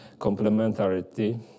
complementarity